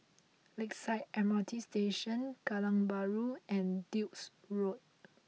Lakeside M R T Station Kallang Bahru and Duke's Road